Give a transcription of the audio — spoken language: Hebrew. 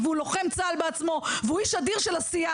או כי פחדו מהתהליך עצמו שהוא תהליך שהיה מורכב או שלא